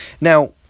Now